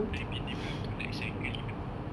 like been able to like cycle even more